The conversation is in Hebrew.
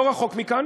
לא רחוק מכאן,